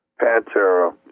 Pantera